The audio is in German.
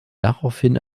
daraufhin